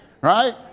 Right